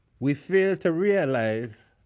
we fail to realize